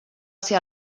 ser